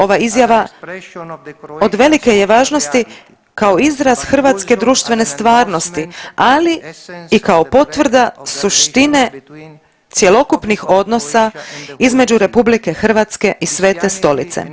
Ova izjava od velike je važnosti kao izraz hrvatske društvene stvarnosti, ali i kao potvrda suštine cjelokupnih odnosa između RH i Svete Stolice.